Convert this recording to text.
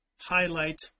highlight